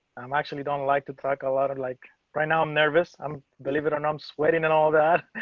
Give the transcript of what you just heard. i'm actually don't like to talk a lot of like right now. i'm nervous. i'm, believe it or not, and i'm sweating and all that.